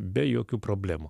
be jokių problemų